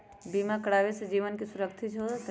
बीमा करावे से जीवन के सुरक्षित हो जतई?